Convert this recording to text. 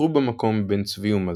ביקרו במקום בן צבי ומזר,